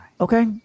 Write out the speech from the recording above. okay